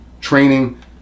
training